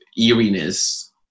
eeriness